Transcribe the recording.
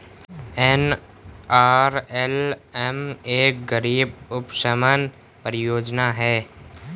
NRLM एक गरीबी उपशमन परियोजना है